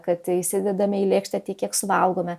kad įsidedame į lėkštę tiek kiek suvalgome